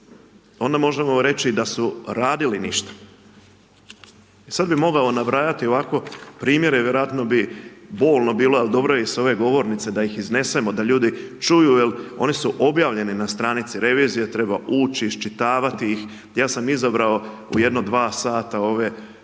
onda možemo reći, da su radili ništa. Sada bi mogao nabrajati ovako primjere, vjerojatno bi bolno bilo, ali dobro je s ove govornice, da ih iznesemo, da ljudi čuju, jer oni su obavljeni na stranici revizije, treba ući, iščitavati ih, ja sam izabrao u jedno dva sata ove primjere